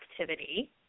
activity